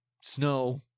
snow